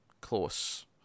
Close